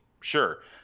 sure